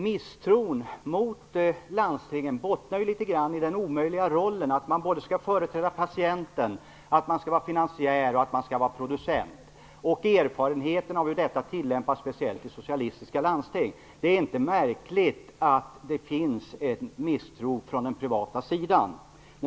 Misstron mot landstingen bottnar i den omöjliga rollen - man skall både företräda patienten och vara finansiär och producent - och i erfarenheter av hur detta har tillämpats, speciellt i socialistiska landsting. Det är inte märkligt att det finns en misstro från den privata sidan.